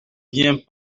vient